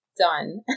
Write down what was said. done